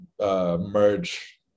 Merge